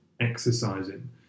exercising